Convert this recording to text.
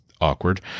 awkward